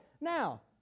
now